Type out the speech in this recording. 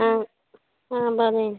आ आ बरें